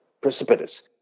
precipitous